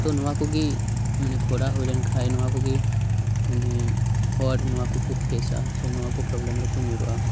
ᱛᱚ ᱱᱚᱶᱟ ᱠᱚᱜᱮ ᱢᱟᱱᱮ ᱠᱷᱚᱨᱟ ᱦᱳᱭ ᱞᱮᱱ ᱠᱷᱟᱱ ᱢᱟᱱᱮ ᱱᱚᱶᱟ ᱠᱚᱜᱮ ᱦᱚᱲ ᱱᱚᱶᱟ ᱠᱚᱠᱚ ᱯᱷᱮᱥᱟ ᱥᱮ ᱱᱚᱶᱟ ᱠᱚ ᱯᱨᱚᱵᱽᱞᱮᱢ ᱨᱮᱠᱚ ᱧᱩᱨᱩᱜᱼᱟ